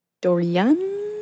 Dorian